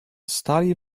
stali